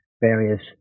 various